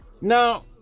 Now